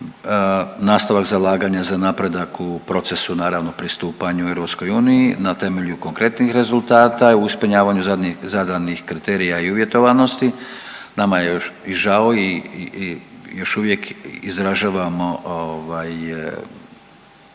nastavak zalaganja za napredak u procesu naravno pristupanju EU na temelju konkretnih rezultata i u ispunjavanju zadnjih zadanih kriterija i uvjetovanosti. Nama je još i žao i još uvijek izražavamo